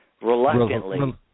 reluctantly